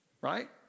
right